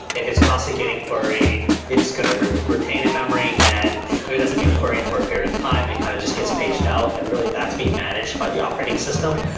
if it's constantly getting queried, it's going to retain in-memory, and if it doesn't get queried for a period of time, it kind of just gets paged out. and really that's being managed by the operating system.